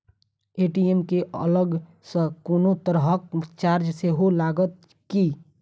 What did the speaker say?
ATM केँ अलग सँ कोनो तरहक चार्ज सेहो लागत की?